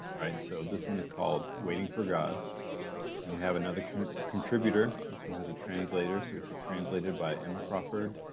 right? so this one is called waiting for god and we have another contributor. this one has a translator, so we say translated by emma crawford.